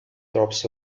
drops